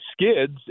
skids